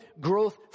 growth